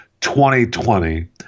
2020